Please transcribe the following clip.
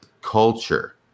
culture